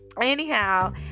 Anyhow